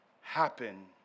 happen